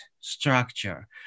structure